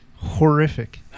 Horrific